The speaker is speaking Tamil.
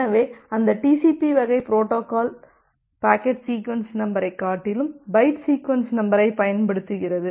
எனவே அந்த டிசிபி வகை புரோட்டோகால் பாக்கெட் சீக்வென்ஸ் நம்பரை காட்டிலும் பைட் சீக்வென்ஸ் நம்பரைப் பயன்படுத்துகிறது